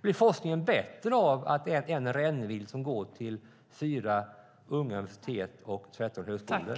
Blir forskningen bättre av att det är en rännil som går till fyra unga universitet och 13 högskolor?